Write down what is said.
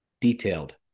detailed